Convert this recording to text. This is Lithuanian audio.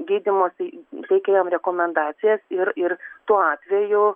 gydymosi reikia jam rekomendacijos ir ir tuo atveju